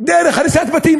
דרך הריסת בתים?